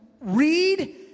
read